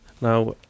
Now